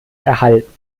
erhalten